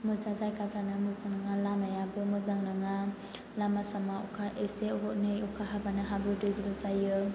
मोजां जायगाफोरानो मोजां नङा लामायाबो मोजां नङा लामा सामा एसे एनै अखा हाबानो हाब्रु दैब्रु जायो